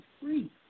free